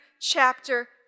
chapter